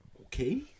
Okay